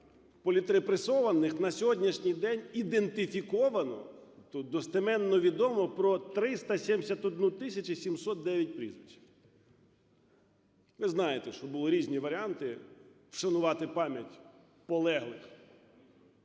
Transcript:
політрепресованих на сьогоднішній день ідентифіковано, тут достеменно відомо про 371 тисячу 709 прізвищ. Ви знаєте, що були різні варіанти вшанувати пам'ять полеглих.